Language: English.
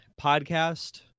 podcast